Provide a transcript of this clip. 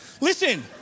Listen